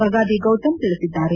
ಬಗಾದಿ ಗೌತಮ್ ತಿಳಿಸಿದ್ದಾರೆ